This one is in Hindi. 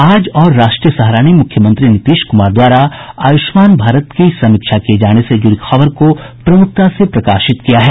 आज और राष्ट्रीय सहारा ने मुख्यमंत्री नीतीश कुमार द्वारा आयुष्मान भारत की समीक्षा किये जाने से जुड़ी खबर को प्रमुखता से प्रकाशित किया है